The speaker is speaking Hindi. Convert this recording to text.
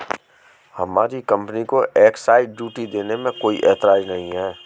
हमारी कंपनी को एक्साइज ड्यूटी देने में कोई एतराज नहीं है